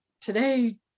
today